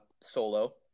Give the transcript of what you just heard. solo